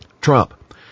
Trump